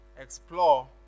explore